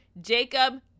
Jacob